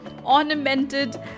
ornamented